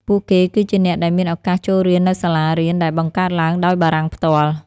ពួកគេគឺជាអ្នកដែលមានឱកាសចូលរៀននៅសាលារៀនដែលបង្កើតឡើងដោយបារាំងផ្ទាល់។